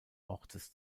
ortes